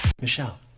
Michelle